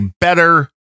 better